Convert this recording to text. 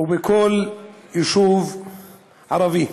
ובכל יישוב ערבי.